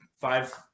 five